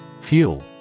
Fuel